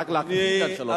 רק להקפיד על שלוש דקות.